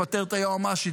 לפטר את היועמ"שית,